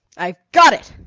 i've got it!